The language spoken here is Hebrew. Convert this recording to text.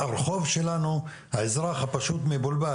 הרחוב שלנו והאזרח הפשוט מבולבל,